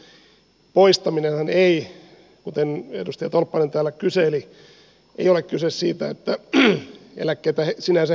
siis varhennuksen poistamisessahan ei edustaja tolppanen täällä siitä kyseli ole kyse siitä että eläkkeitä sinänsä heikennettäisiin